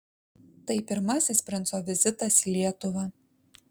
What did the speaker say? tai pirmasis princo vizitas į lietuvą